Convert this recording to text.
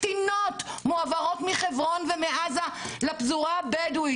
קטינות מועברות מחברון ומעזה לפזורה הבדואית.